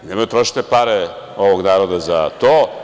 Nemojte da trošite pare ovog naroda za to.